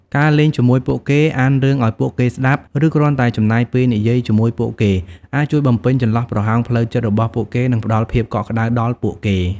ការលេងជាមួយពួកគេ អានរឿងឱ្យពួកគេស្ដាប់ ឬគ្រាន់តែចំណាយពេលនិយាយជាមួយពួកគេ អាចជួយបំពេញចន្លោះប្រហោងផ្លូវចិត្តរបស់ពួកគេ និងផ្ដល់ភាពកក់ក្ដៅដល់ពួកគេ។